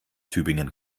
tübingen